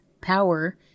power